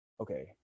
okay